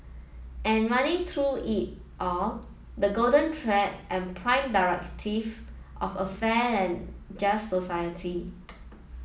and running through it all the golden thread and prime directive of a fair and just society